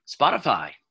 Spotify